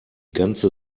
ganze